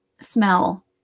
smell